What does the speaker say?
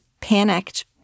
panicked